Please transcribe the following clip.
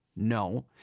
No